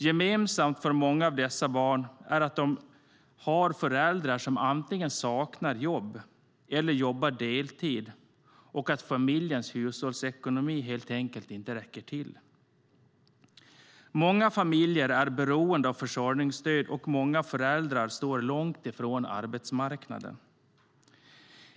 Gemensamt för många av dessa barn är att de har föräldrar som antingen saknar jobb eller jobbar deltid och att familjens hushållsekonomi helt enkelt inte räcker till. Många familjer är beroende av försörjningsstöd, och många familjer står långt ifrån arbetsmarknaden.